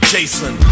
Jason